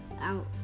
out